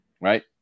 right